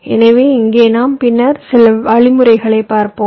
எனவே இங்கே நாம் பின்னர் சில வழிமுறைகளைப் பார்ப்போம்